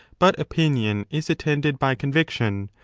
but opinion is attended by conviction,